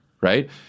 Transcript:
right